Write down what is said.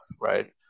right